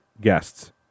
guests